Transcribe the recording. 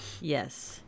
Yes